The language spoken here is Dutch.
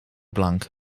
blank